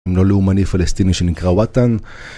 אם לא לאומני פלסטיני שנקרא וואטן